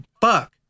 Fuck